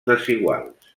desiguals